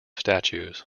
statues